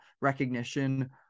recognition